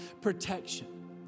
protection